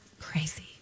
crazy